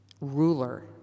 RULER